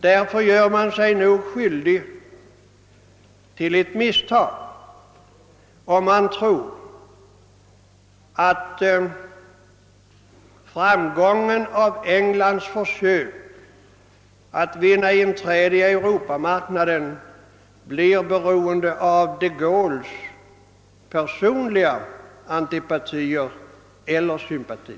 Därför gör man sig nog skyldig till ett misstag om man tror att framgången för Englands försök att vinna inträde i Europamarknaden blir beroende av de Gaulles personliga antipatier eller sympatier.